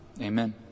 Amen